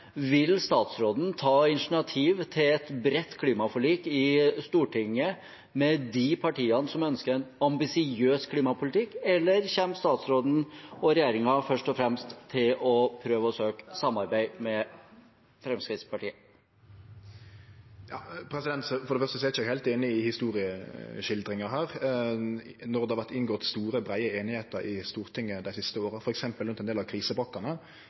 Vil statsråden ta initiativ til et bredt klimaforlik i Stortinget med de partiene som ønsker en ambisiøs klimapolitikk, eller kommer statsråden og regjeringen først og fremst til å prøve å søke samarbeid med Fremskrittspartiet? For det første er eg ikkje heilt einig i historieskildringa her. Når det har vore inngått store, breie einigheiter i Stortinget dei siste åra, f.eks. rundt ein del av krisepakkene,